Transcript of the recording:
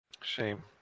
Shame